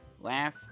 laugh